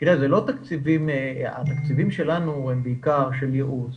התקציבים שלנו הם בעיקר לייעוץ,